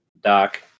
Doc